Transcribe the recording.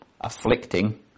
afflicting